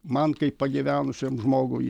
man kaip pagyvenusiam žmogui